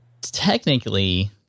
technically